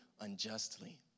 unjustly